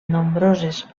nombroses